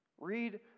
Read